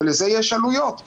ולזה יש עלויות.